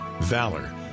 Valor